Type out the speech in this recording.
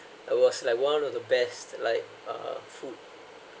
I was like one of the best like uh food